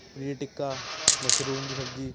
paneer tikka mushroom ਦੀ ਸਬਜ਼ੀ